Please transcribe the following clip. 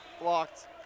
blocked